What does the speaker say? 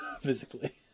physically